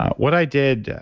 what i did,